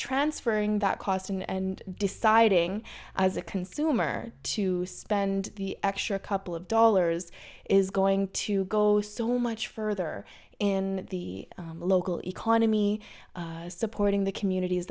transferring that cost in and deciding as a consumer to spend the extra couple of dollars is going to go so much further in the local economy supporting the communit